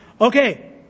Okay